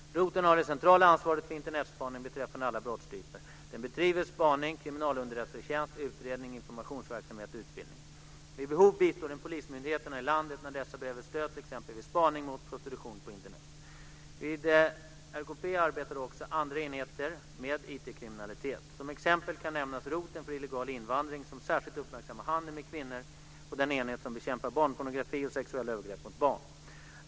Roteln har det centrala ansvaret för Internetspaning beträffande alla brottstyper. Den bedriver spaning, kriminalunderrättelsetjänst, utredning, informationsverksamhet och utbildning. Vid behov bistår den polismyndigheterna i landet när dessa behöver stöd t.ex. vid spaning mot prostitution på Internet. Vid RKP arbetar också andra enheter med IT kriminalitet. Som exempel kan nämnas roteln för illegal invandring som särskilt uppmärksammar handeln med kvinnor och den enhet som bekämpar barnpornografi och sexuella övergrepp mot barn.